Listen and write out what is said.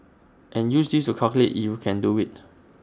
and use this to calculate if you can do IT